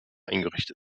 eingerichtet